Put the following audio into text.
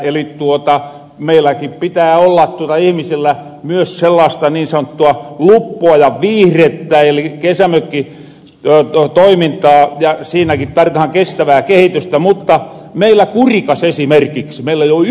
eli meilläki pitää olla ihmisillä myös sellaasta niin sanottua luppoajan viihrettä eli kesämökkitoimintaa ja siinäkin tarvitahan kestävää kehitystä mutta meillä kurikas esimerkiksi ei ole yhtäkään järviä